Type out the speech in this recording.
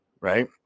right